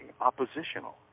oppositional